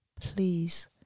Please